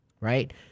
Right